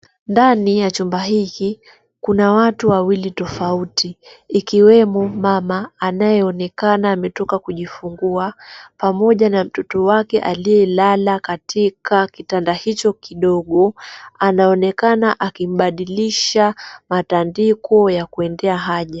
Ndani ya chumba hiki kuna watu wawili tofauti ikiwemo mama anayeonekana ametoka kujifungua pamoja na mtoto wake aliyelala katika kitanda hicho kidogo, anaonekana akimbadilisha matandiko ya kuendea haja.